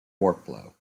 workflow